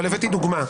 אבל הבאתי דוגמה.